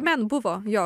man buvo jo